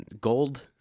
gold